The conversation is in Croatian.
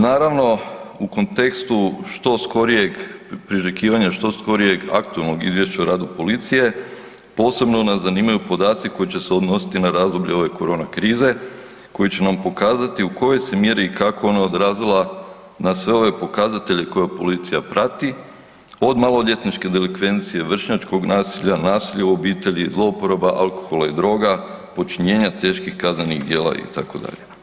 Naravno, u kontekstu što skorijeg priželjkivanja, što skorijeg aktualnog izvješća o radu policije, posebno nas zanimaju podaci koji će se odnositi na razdoblje ove korona krize koji će nam pokazati u kojoj se mjeri i kako ona odrazila na sve ove pokazatelje koje policija prati, od maloljetničke delikvencije, vršnjačkog nasilja, nasilja u obitelji, zlouporaba alkohola i droga, počinjenja teških kaznenih djela, itd.